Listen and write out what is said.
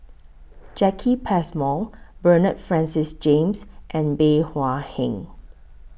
Jacki Passmore Bernard Francis James and Bey Hua Heng